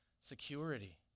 security